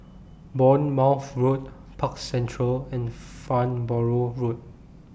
Bournemouth Road Park Central and Farnborough Road